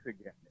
again